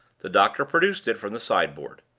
the doctor produced it from the sideboard.